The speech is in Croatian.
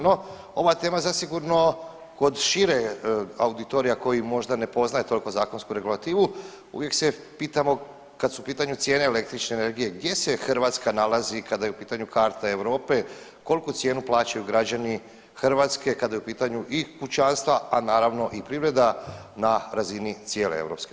No, ova tema zasigurno kod šireg auditorija koji možda ne poznaje toliko zakonsku regulativu uvijek se pitamo kad su u pitanju cijene električne energije, gdje se Hrvatska nalazi kada je u pitanju karta Europe, koliku cijenu plaćaju građani Hrvatske kada je u pitanju i kućanstva, a naravno i privreda na razini cijele EU?